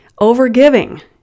Overgiving